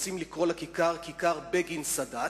רוצים לקרוא לכיכר "כיכר בגין-סאדאת"